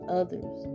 others